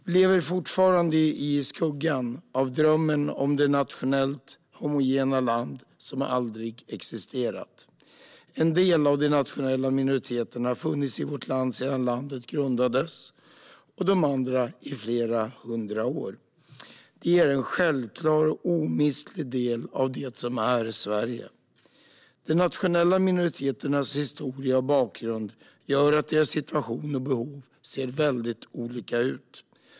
Vi lever fortfarande i skuggan av drömmen om det nationellt homogena land som aldrig har existerat. En del av de nationella minoriteterna har funnits i vårt land sedan landet grundades och de andra i flera hundra år. De är en självklar och omistlig del av det som är Sverige. De nationella minoriteternas historia och bakgrund gör att deras situation och behov ser väldigt olika ut.